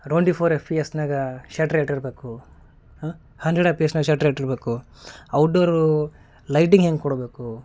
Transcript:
ರೋಂಡಿ four F E S ನ್ಯಾಗಾ shutter ಇಟ್ಟಿರಬೇಕು ಹಾ ಹಂಡ್ರೆಡ್ ಎಮ್ ಪಿ ಎಸ್ನ್ಯಾಗ್ ಶಟ್ರ್ ಇಟ್ಟಿರಬೇಕು ಔಟ್ ಡೋರೂ ಲೈಟಿಂಗ್ ಹೆಂಗೆ ಕೊಡಬೇಕು